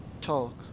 talk